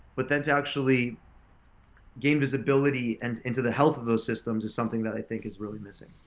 but then to actually gain visibility and into the health of those systems is something that i think is really missing.